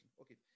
Okay